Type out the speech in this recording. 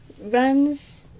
runs